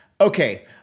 Okay